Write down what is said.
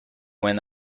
when